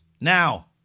now